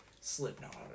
Slipknot